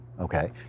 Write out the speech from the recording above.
okay